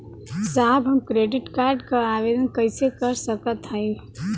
साहब हम credit card क आवेदन कइसे कर सकत हई?